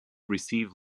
receive